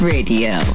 Radio